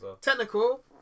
Technical